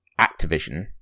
Activision